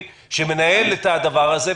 אופרטיבי שמנהל את הדבר הזה.